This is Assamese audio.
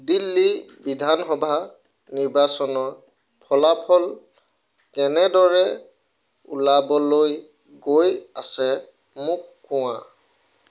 দিল্লীৰ বিধানসভা নিৰ্বাচনৰ ফলাফল কেনেদৰে ওলাবলৈ গৈ আছে মোক কোৱা